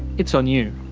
it's on you.